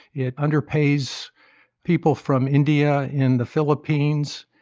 it underpays people from india in the philippines.